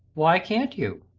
why can't you?